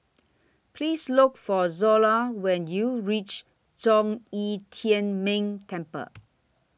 Please Look For Zola when YOU REACH Zhong Yi Tian Ming Temple